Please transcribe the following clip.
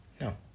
No